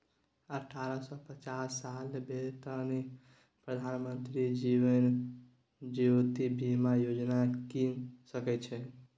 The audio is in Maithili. अठारह सँ पचास सालक बेकती प्रधानमंत्री जीबन ज्योती बीमा योजना कीन सकै छै